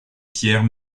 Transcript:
pierre